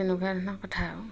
তেনেকুৱা ধৰণৰ কথা আৰু